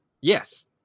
yes